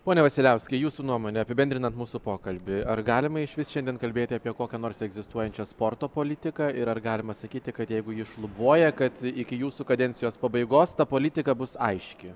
pone vasiliauskai jūsų nuomone apibendrinant mūsų pokalbį ar galima išvis šiandien kalbėti apie kokią nors egzistuojančią sporto politiką ir ar galima sakyti kad jeigu ji šlubuoja kad iki jūsų kadencijos pabaigos ta politika bus aiški